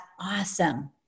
awesome